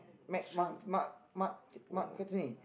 mac mark mark mark mark Cartney